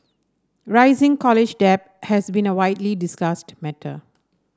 rising college debt has been a widely discussed matter